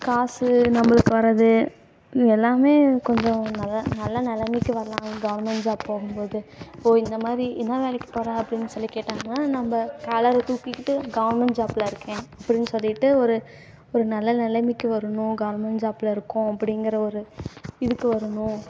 காசு நம்பளுக்கு வரது இது எல்லாமே கொஞ்சம் நல்ல நல்ல நிலமைக்கு வரலாம் கவர்மெண்ட் ஜாப் போகும்போது இப்போது இந்த மாதிரி என்ன வேலைக்கு போகிற அப்படின்னு சொல்லி கேட்டாங்கன்னால் நம்ப காலரை தூக்கிக்கிட்டு கவர்மெண்ட் ஜாபில் இருக்கேன் அப்படின்னு சொல்லிகிட்டு ஒரு ஒரு நல்ல நிலமைக்கு வரணும் கவர்மெண்ட் ஜாபில் இருக்கோம் அப்படிங்கிற ஒரு இதுக்கு வரணும்